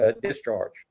discharge